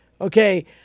okay